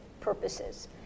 purposes